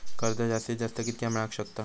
कर्ज जास्तीत जास्त कितक्या मेळाक शकता?